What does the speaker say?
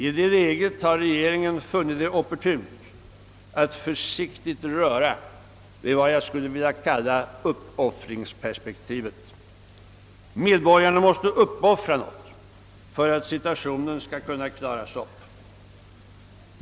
I det läget har regeringen funnit det opportunt att försiktigt röra vid vad jag skulle vilja kalla uppoffringsperspektivet. Medborgarna måste uppoffra något för att situationen skall kunna klaras upp.